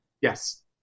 Yes